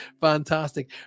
Fantastic